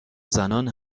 زنان